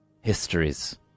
histories